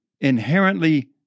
inherently